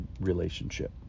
relationship